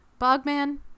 Bogman